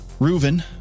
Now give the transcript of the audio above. Reuven